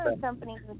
Companies